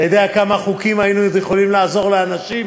אתה יודע בכמה חוקים עוד היינו יכולים לעזור לאנשים?